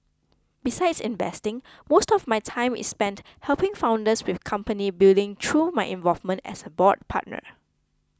besides investing most of my time is spent helping founders with company building through my involvement as a board partner